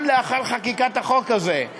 גם לאחר חקיקת החוק הזה,